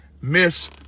miss